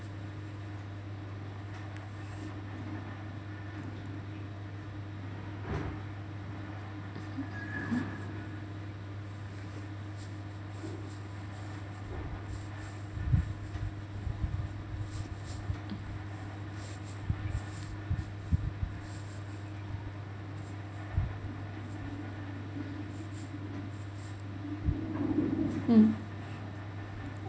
mm